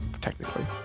technically